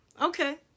Okay